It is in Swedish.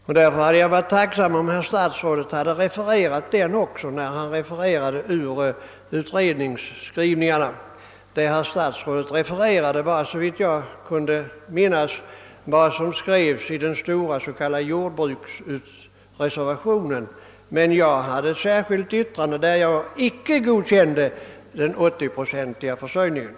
Därför hade det varit tacknämligt, om herr statsrådet återgivit den också, när han refererade ur utredningsskrivningarna. Såvitt jag kunde finna berörde herr statsrådet endast vad som skrevs i den s.k. stora jordbruksreservationen. Jag gjorde emellertid ett särskilt yttrande, i vilket jag icke godkände den 80-procentiga försörjningen.